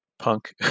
punk